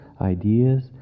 ideas